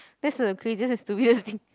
that's the craziest and stupidest thing